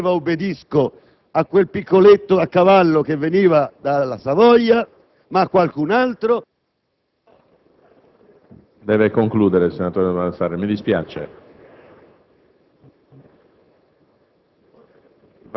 che Garibaldi a Teano non diceva «Obbedisco» a quel piccoletto a cavallo che veniva dalla Savoia, ma a qualcun altro.